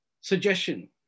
suggestion